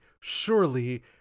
surely